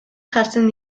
jartzen